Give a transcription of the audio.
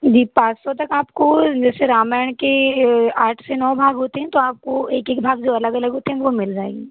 जी पाँच सौ तक आपको जैसे रामायण की आठ से नौ भाग होते हैं तो आपको एक एक भाग जो अलग अलग होते है वह मिल जाएगी